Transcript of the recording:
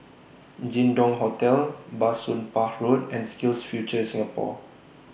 Jin Dong Hotel Bah Soon Pah Road and SkillsFuture Singapore